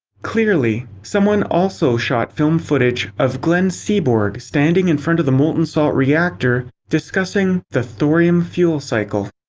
clearly, someone also shot film footage of glenn seaborg standing in front of the molten salt reactor discussing the thorium fuel cycle.